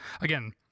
again